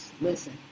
Listen